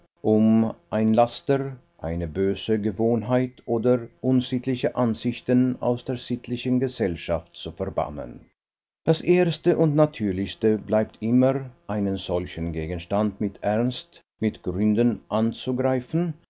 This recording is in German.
um ein laster eine böse gewohnheit oder unsittliche ansichten aus der sittlichen gesellschaft zu verbannen das erste und natürlichste bleibt immer einen solchen gegenstand mit ernst mit gründen anzugreifen